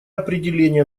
определения